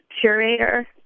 curator